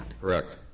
Correct